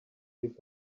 give